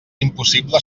impossible